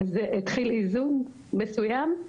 התחיל איזון מסוים,